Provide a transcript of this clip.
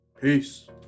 Peace